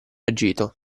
agito